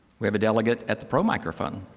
we have a delegate at the pro microphone.